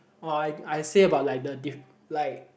orh I I say about like the diff~ like